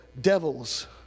devils